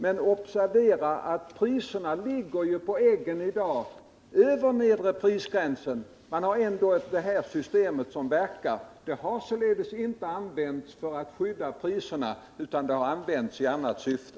Men observera att priserna på äggen i dag ligger över den nedre prisgränsen, trots att vi har detta system. Det har alltså inte använts för att skydda priserna, utan det har använts i annat syfte.